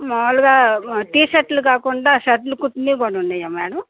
మాములుగా టీషర్ట్లు కాకుండా షర్ట్లు కుట్టినవి కూడా ఉన్నాయా మ్యాడమ్